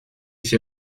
c’est